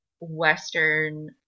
Western